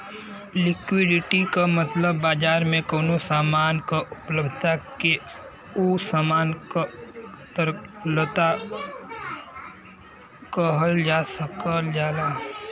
liquidity क मतलब बाजार में कउनो सामान क उपलब्धता के उ सामान क तरलता कहल जा सकल जाला